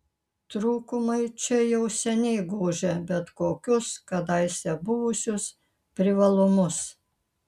trūkumai čia jau seniai gožia bet kokius kadaise buvusius privalumus